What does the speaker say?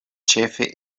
ĉefe